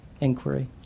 inquiry